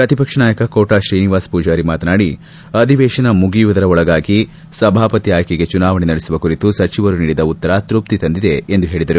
ಪ್ರತಿಪಕ್ಷ ನಾಯಕ ಕೋಟಾ ಶ್ರೀನಿವಾಸ್ ಮೂಜಾರಿ ಮಾತನಾಡಿ ಅಧಿವೇಶನ ಮುಗಿಯುವುದರೊಳಗೆ ಸಭಾಪತಿ ಆಯ್ಕೆಗೆ ಚುನಾವಣೆ ನಡೆಸುವ ಕುರಿತು ಸಚಿವರು ನೀಡಿದ ಉತ್ತರ ತೃಪ್ತಿ ತಂದಿದೆ ಎಂದು ಹೇಳಿದರು